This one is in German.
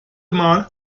mal